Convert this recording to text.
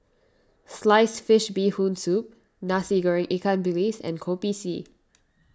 Sliced Fish Bee Hoon Soup Nasi Goreng Ikan Bilis and Kopi C